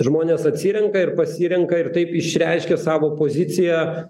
žmonės atsirenka ir pasirenka ir taip išreiškia savo poziciją